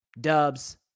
Dubs